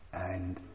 and